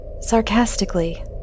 sarcastically